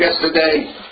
yesterday